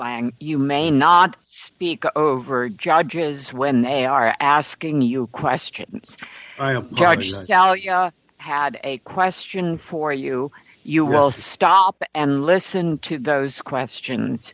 lying you may not speak for judges when they are asking you questions i just had a question for you you will stop and listen to those questions